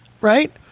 right